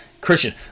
Christian